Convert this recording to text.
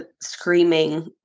screaming